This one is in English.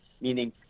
Meaning